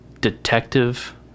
detective